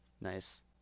Nice